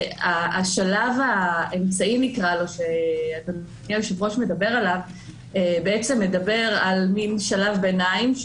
השלב האמצעי שאדוני היושב-ראש מדבר עליו מדבר על מעין שלב ביניים,